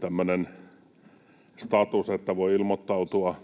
tämmöinen status, että voi ilmoittautua